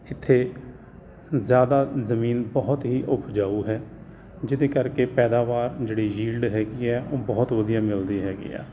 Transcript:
ਇੱਥੇ ਜ਼ਿਆਦਾ ਜਮੀਨ ਬਹੁਤ ਹੀ ਉਪਜਾਊ ਹੈ ਜਿਹਦੇ ਕਰਕੇ ਪੈਦਾਵਾਰ ਜਿਹੜੇ ਜੀਲਡ ਹੈਗੀ ਹੈ ਉਹ ਬਹੁਤ ਵਧੀਆ ਮਿਲਦੀ ਹੈਗੀ ਆ